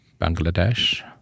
Bangladesh